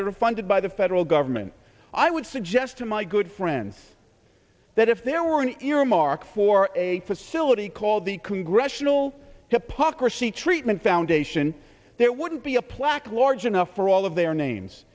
that are funded by the federal government i would suggest to my good friends that if there were an earmark for a facility called the congressional hypocrisy treatment foundation there wouldn't be a plaque large enough for all of their names